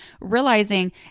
realizing